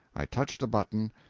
i touched a button,